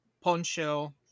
poncho